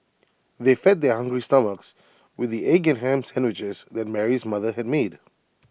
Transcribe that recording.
they fed their hungry stomachs with the egg and Ham Sandwiches that Mary's mother had made